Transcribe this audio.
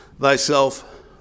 thyself